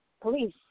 police